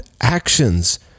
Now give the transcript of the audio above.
actions